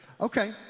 Okay